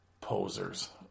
posers